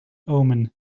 omen